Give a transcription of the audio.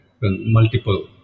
multiple